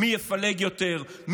מי יפלג יותר,